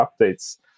updates